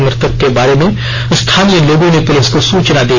मृतक के बारे में स्थानीय लोगों ने पुलिस को सुचना दी